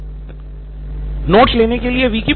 professor notes के लिए Wikipedia